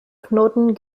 knoten